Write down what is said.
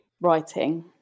writing